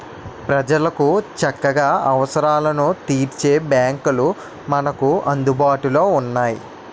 ప్రజలకు చక్కగా అవసరాలను తీర్చే బాంకులు మనకు అందుబాటులో ఉన్నాయి